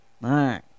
Right